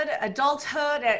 adulthood